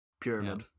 pyramid